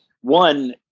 one